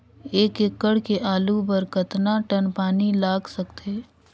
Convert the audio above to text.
एक एकड़ के आलू बर कतका टन पानी लाग सकथे?